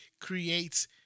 creates